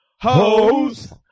Hoes